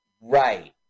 Right